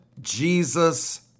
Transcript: Jesus